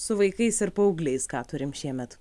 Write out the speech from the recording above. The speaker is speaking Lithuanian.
su vaikais ir paaugliais ką turim šiemet